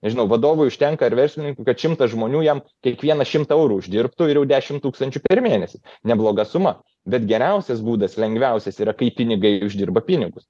nežinau vadovui užtenka ir verslininkui kad šimtas žmonių jam kiekvieną šimtą eurų uždirbtų ir jau dešimt tūkstančių per mėnesį nebloga suma bet geriausias būdas lengviausias yra kai pinigai uždirba pinigus